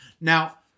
Now